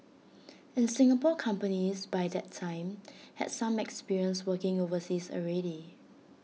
and Singapore companies by that time had some experience working overseas already